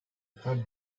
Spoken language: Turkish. her